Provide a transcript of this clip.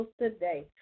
today